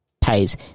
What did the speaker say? pays